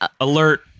alert